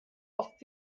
oft